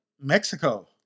Mexico